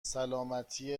سلامتی